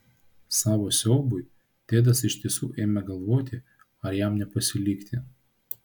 savo siaubui tedas iš tiesų ėmė galvoti ar jam nepasilikti